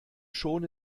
schon